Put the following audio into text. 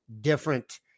different